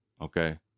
Okay